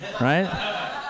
right